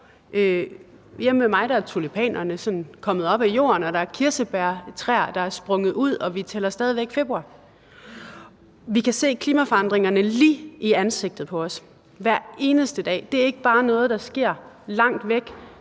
Hjemme hos mig er tulipanerne kommet op af jorden, og der er kirsebærtræer, der er sprunget ud, og vi er stadig væk i februar. Klimaforandringerne sker lige op i ansigtet på os hver eneste dag. Det er ikke bare noget, der sker langt væk